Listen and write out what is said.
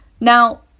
Now